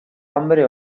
hambre